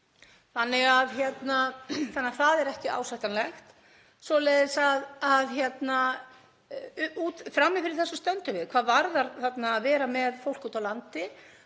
mínútur og það er ekki ásættanlegt, svoleiðis að frammi fyrir þessu stöndum við. Hvað varðar að vera með fólk úti á landi